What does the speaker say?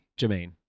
Jermaine